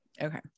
Okay